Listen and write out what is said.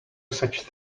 such